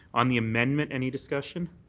on the amendment any discussion?